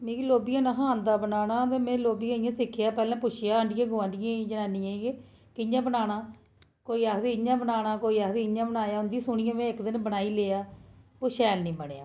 मिगी लोभिया नेईं हा औंदा बनाना में लेभिया इ'यां सिक्खेआ में पुच्छेआ आंढ़ियै गोआंढियै गी जनानियें गी कि कि'यां बनाना कोई आखदी इ'यां बनाना कोई आखदी इ'यां बनाना इं'दी सुनियै में इक दिन बनाई लेआ ते शैल नेईं बनेआ